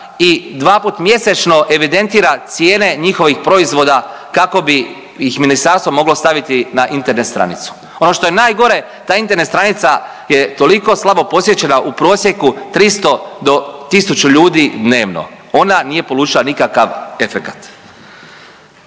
i dvaput mjesečno evidentira cijene njihovih proizvoda kako bi ih ministarstvo moglo staviti na Internet stranicu. Ono što je najgore, ta Internet stranica je toliko slabo posjećena, u prosjeku 300 do 1000 ljudi dnevno, ona nije polučila nikakav efekat.